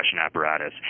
apparatus